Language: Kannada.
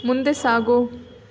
ಮುಂದೆ ಸಾಗು